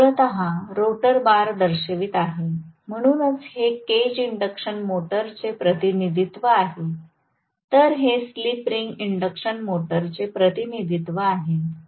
हे मूलत rotor bar दर्शवित आहे म्हणूनच हे केज इंडक्शन मोटरचे प्रतिनिधित्व आहे तर हे स्लिप रिंग इंडक्शन मोटरचे प्रतिनिधित्व आहे